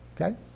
Okay